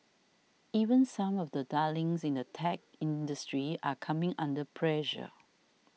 even some of the darlings in the tech industry are coming under pressure